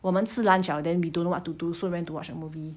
我们吃 lunch hour liao then we don't know what to do so went to watch a movie